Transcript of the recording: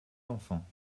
d’enfants